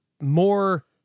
more